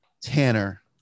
Tanner